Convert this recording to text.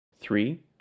three